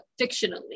fictionally